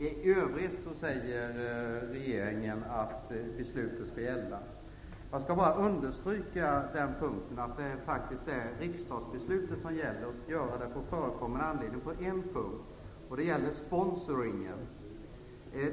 I övrigt säger regeringen att beslutet skall gälla. Låt mig på förekommen anledningen på en punkt understryka att det faktiskt är riksdagsbeslutet som gäller. Det gäller frågan om sponsring.